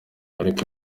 ariko